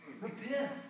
Repent